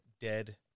dead